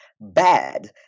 bad